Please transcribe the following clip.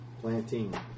planting